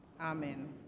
Amen